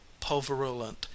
pulverulent